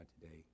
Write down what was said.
today